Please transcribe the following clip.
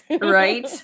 Right